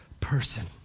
person